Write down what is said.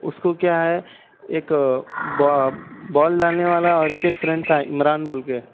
اس کو کیا ہے ایک بال ڈالنے والا اور ایک ایک فرینڈ تھا عمران بول کے